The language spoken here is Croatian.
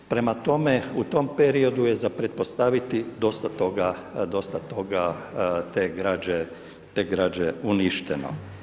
Prema tome, u tom periodu je za pretpostaviti dosta toga, te građe uništeno.